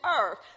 earth